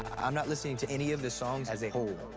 i'm not listening to any of the songs as a whole.